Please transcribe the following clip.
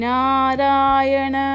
Narayana